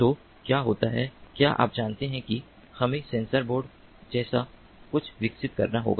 तो क्या होता है क्या आप जानते हैं कि हमें सेंसर बोर्ड जैसा कुछ विकसित करना होगा